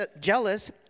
jealous